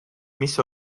mis